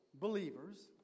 believers